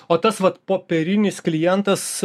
o tas vat popierinis klientas